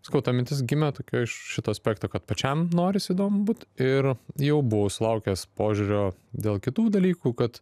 sakau ta mintis gimė tokia iš šito aspekto kad pačiam norisi įdomu būt ir jau buvau sulaukęs požiūrio dėl kitų dalykų kad